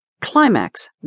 climax